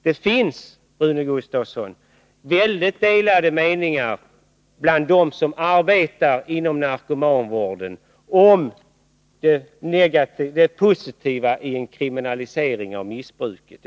Det finns, Rune Gustavsson, delade meningar bland dem som arbetar inom narkomanvården om det positiva i en kriminalisering av missbruket.